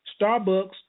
Starbucks